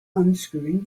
unscrewing